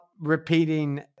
repeating